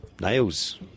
nails